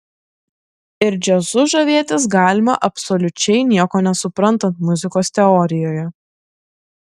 ir džiazu žavėtis galima absoliučiai nieko nesuprantant muzikos teorijoje